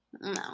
No